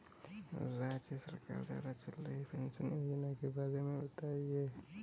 राज्य सरकार द्वारा चल रही पेंशन योजना के बारे में बताएँ?